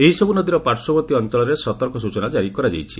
ଏହିସବୁ ନଦୀର ପାର୍ଶ୍ୱବର୍ତ୍ତୀ ଅଞ୍ଚଳରେ ସତର୍କ ସ୍ବଚନା ଜାରି କରାଯାଇଛି